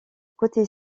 côté